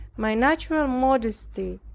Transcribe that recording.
my natural modesty,